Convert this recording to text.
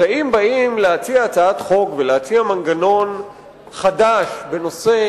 הרי אם באים להציע הצעת חוק ולהציע מנגנון חדש בנושא